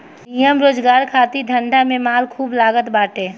निमन रोजगार खातिर धंधा में माल खूब लागत बाटे